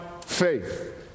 faith